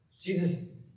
Jesus